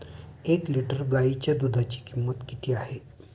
एक लिटर गाईच्या दुधाची किंमत किती आहे?